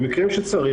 במקרים שצריך,